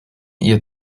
ihr